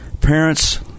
Parents